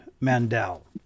Mandel